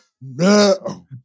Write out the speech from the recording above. No